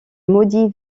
maudit